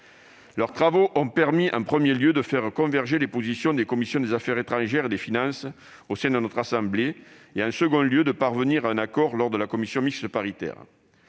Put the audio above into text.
Leurs travaux ont permis, en premier lieu, de faire converger les positions des commissions des affaires étrangères et des finances au sein de notre assemblée et, en second lieu, de parvenir à un accord lors de la commission mixte paritaire.